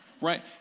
Right